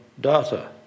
data